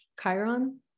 Chiron